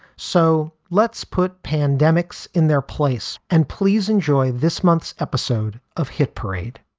so let's put pandemics in their place and please enjoy this month's episode of hit parade